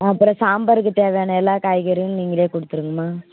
அப்புறோம் சாம்பாருக்கு தேவையான எல்லாம் காய்கறியும் நீங்களே கொடுத்துருங்கம்மா